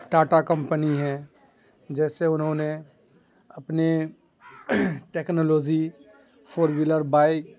Tata company ہے جیسے انہوں نے اپنے ٹیکنالوزی فور ویلر بائک